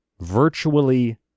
Virtually